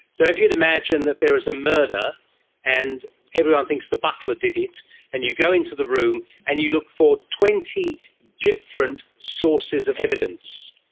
so if you'd imagine that there is a murder and everyone thinks the butler did it and you go into the room and you look for twenty different sources of evidence,